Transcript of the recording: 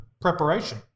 preparation